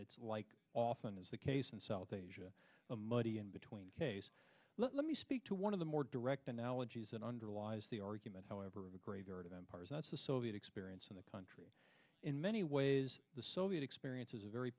its like often is the case in south asia a muddy in between case let me speak to one of the more direct analogies that underlies the argument however the graveyard of empires that's the soviet experience in the country in many ways the soviet experience is a very